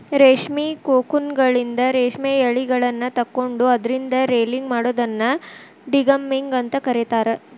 ರೇಷ್ಮಿ ಕೋಕೂನ್ಗಳಿಂದ ರೇಷ್ಮೆ ಯಳಿಗಳನ್ನ ತಕ್ಕೊಂಡು ಅದ್ರಿಂದ ರೇಲಿಂಗ್ ಮಾಡೋದನ್ನ ಡಿಗಮ್ಮಿಂಗ್ ಅಂತ ಕರೇತಾರ